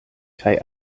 kaj